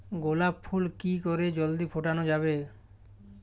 গোলাপ ফুল কি করে জলদি ফোটানো যাবে?